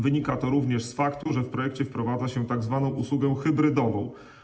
Wynika to również z faktu, że w projekcie wprowadza się tzw. usługę hybrydową.